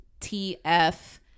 tf